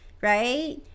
right